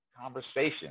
conversation